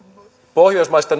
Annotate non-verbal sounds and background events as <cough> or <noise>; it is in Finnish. pohjoismaista <unintelligible>